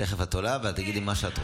תכף את עולה, ואת תגידי מה שאת רוצה.